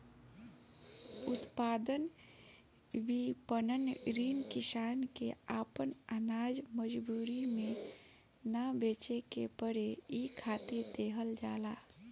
उत्पाद विपणन ऋण किसान के आपन आनाज मजबूरी में ना बेचे के पड़े इ खातिर देहल जाला